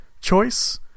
choice